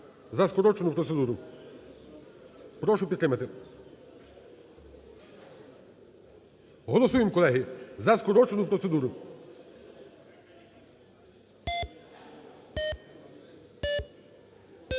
За скорочену процедуру. Прошу підтримати. Голосуємо, колеги, за скорочену процедуру.